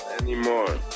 anymore